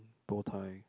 bowtie